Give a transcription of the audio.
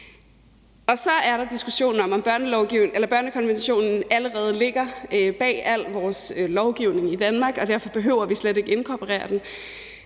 dag. Så er der diskussionen om, om børnekonventionen allerede ligger bag al vores lovgivning i Danmark, og derfor behøver vi slet ikke at inkorporere den.